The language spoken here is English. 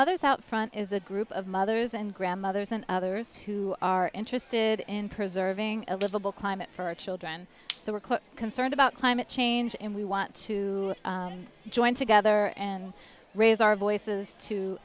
mothers out front is a group of mothers and grandmothers and others who are interested in preserving a livable climate for our children so we're quite concerned about climate change and we want to join together and raise our voices to